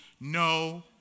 no